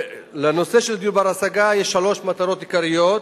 לנושא של דיור בר-השגה יש שלוש מטרות עיקריות: